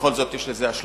בכל זאת, יש לזה השלכות.